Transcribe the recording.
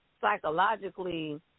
psychologically